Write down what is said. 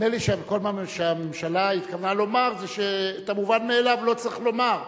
נדמה לי שהממשלה התכוונה לומר שאת המובן מאליו לא צריך לומר,